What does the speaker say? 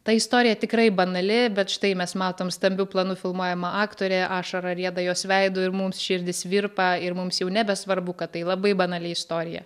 ta istorija tikrai banali bet štai mes matom stambiu planu filmuojamą aktorę ašara rieda jos veidu ir mums širdys virpa ir mums jau nebesvarbu kad tai labai banali istorija